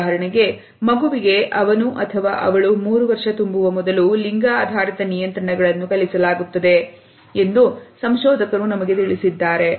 ಉದಾಹರಣೆಗೆ ಮಗುವಿಗೆ ಅವನು ಅಥವಾ ಅವಳು ಮೂರು ವರ್ಷ ತುಂಬುವ ಮೊದಲು ಲಿಂಗ ಆಧಾರಿತ ನಿಯಂತ್ರಣಗಳನ್ನು ಕಲಿಸಲಾಗುತ್ತದೆ ಎಂದು ಸಂಶೋಧಕರು ನಮಗೆ ತಿಳಿಸಿದ್ದಾರೆ